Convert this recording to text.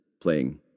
playing